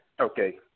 Okay